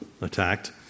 attacked